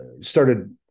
started